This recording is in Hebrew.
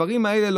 הדברים האלה,